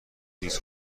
لیز